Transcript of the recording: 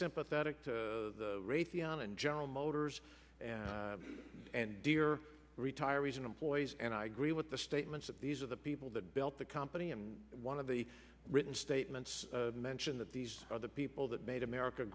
sympathetic to raytheon and general motors and dear retirees and employees and i agree with the statements that these are the people that built the company and one of the written statements mention that these are the people that made america